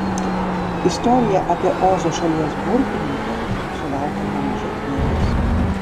istorija apie ozo šalies burtininką sulaukia nemažai dėmesio